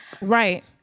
Right